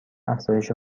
افزایش